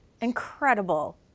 incredible